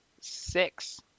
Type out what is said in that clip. six